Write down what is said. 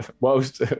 whilst